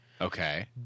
Okay